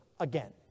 again